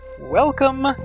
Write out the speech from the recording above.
Welcome